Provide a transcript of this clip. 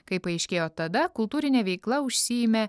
kaip paaiškėjo tada kultūrine veikla užsiėmė